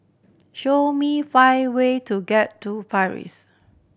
show me five way to get to Paris